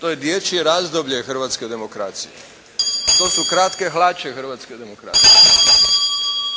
To je dječje razdoblje hrvatske demokracije. To su kratke hlače hrvatske demokracije.